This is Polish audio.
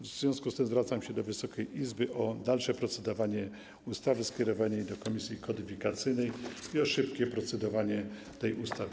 W związku z tym zwracam się do Wysokiej Izby o dalsze procedowanie nad ustawą, o skierowanie jej do komisji kodyfikacyjnej i o szybkie procedowanie nad nią.